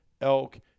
elk